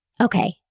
Okay